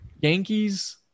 Yankees